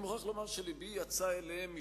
אני מוכרח לומר שלבי יצא אליהם,